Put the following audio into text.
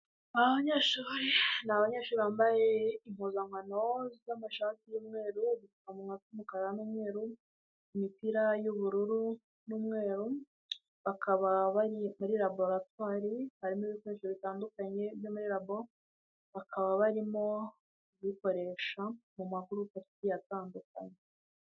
Ni abanyeshuri ,ni abanyeshuri bambaye impuzankano z'amashati y'umweru udupfuwa tw'umukara n'umweru imipira y'ubururu n'umweru ,bakaba bari muri laboratory harimo ibikoresho bitandukanye byo muri labo ,bakaba barimo kuyikoresha mu ma group agiye atandukanye.